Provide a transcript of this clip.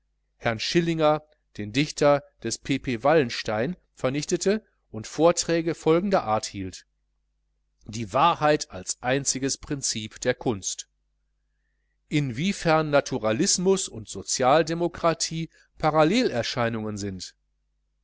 herrn schillinger den dichter des pp wallenstein vernichtete und vorträge folgender art hielt die wahrheit als einziges prinzip der kunst inwiefern naturalismus und sozialdemokratie parallelerscheinungen sind